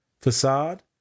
facade